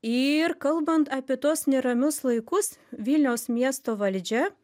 ir kalbant apie tuos neramius laikus vilniaus miesto valdžia